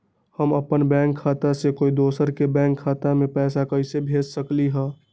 हम अपन बैंक खाता से कोई दोसर के बैंक खाता में पैसा कैसे भेज सकली ह?